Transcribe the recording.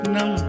Nam